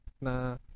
Na